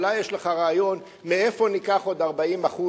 אולי יש לך רעיון מאיפה ניקח עוד 40%